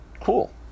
cool